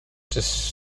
czyż